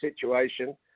situation